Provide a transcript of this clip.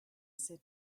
said